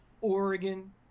oregon